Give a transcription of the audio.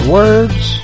words